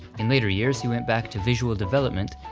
in later years he went back to visual development,